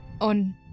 On